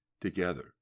together